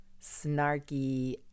snarky